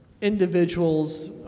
individuals